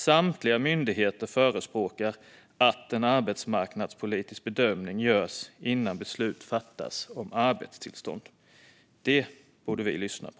Samtliga myndigheter förespråkar att en arbetsmarknadspolitisk bedömning görs innan beslut fattas om arbetstillstånd. Det borde vi lyssna på.